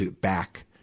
back